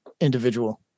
individual